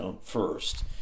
first